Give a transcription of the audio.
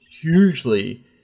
hugely